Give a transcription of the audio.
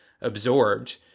absorbed